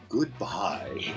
Goodbye